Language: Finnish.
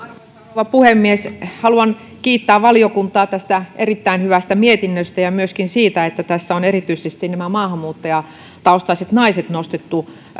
rouva puhemies haluan kiittää valiokuntaa tästä erittäin hyvästä mietinnöstä ja myöskin siitä että tässä on erityisesti maahanmuuttajataustaiset naiset nostettu